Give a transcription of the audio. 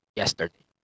yesterday